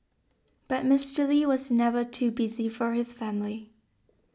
but Mister Lee was never too busy for his family